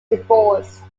divorced